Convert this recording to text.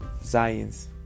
science